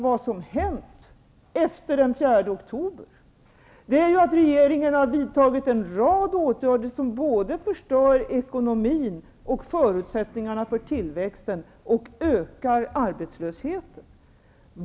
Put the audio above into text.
Vad som hänt efter den 4 oktober är att regeringen har vidtagit en rad åtgärder som både förstör ekonomin och förutsättningarna för tillväxt och ökar arbetslösheten.